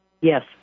Yes